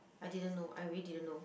I didn't know I really didn't know